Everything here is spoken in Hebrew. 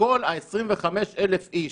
שכל 25,000 איש